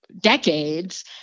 decades